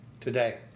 Today